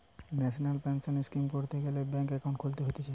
national pension scheme করতে গ্যালে bank account খুলতে হতিছে